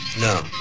No